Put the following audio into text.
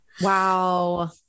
Wow